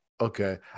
Okay